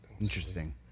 Interesting